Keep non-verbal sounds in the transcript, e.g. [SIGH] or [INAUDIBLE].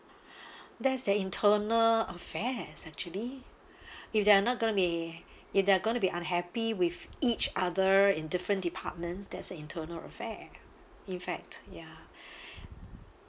[BREATH] there's that internal affairs actually [BREATH] if they are not gonna be if they're gonna be unhappy with each other in different departments that's the internal affair in fact ya [BREATH]